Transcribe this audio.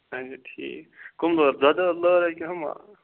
اچھا ٹھیٖک کم لٲر دۄدٕ لٲر ہہَ کنہِ ہُم لٲر